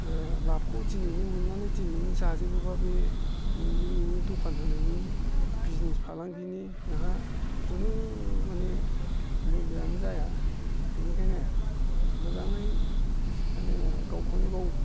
लाबखौ दिनैनो मोननानै दिनैनो जाजोबोब्ला बे नोंनि बे दखान होनायनि बिजनेस फालांगिनि नोंहा खुनु माने मुल्यआनो जाया बिनिखायनो मोजाङै माने गावखौनो गाव